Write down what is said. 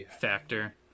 factor